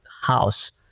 house